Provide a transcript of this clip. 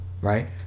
right